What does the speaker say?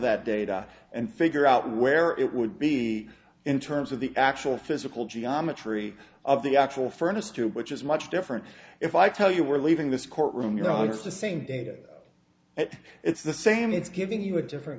that data and figure out where it would be in terms of the actual physical geometry of the actual furnace too which is much different if i tell you we're leaving this courtroom you know it's the same data and it's the same it's giving you a different